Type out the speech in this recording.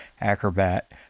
acrobat